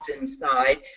inside